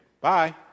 bye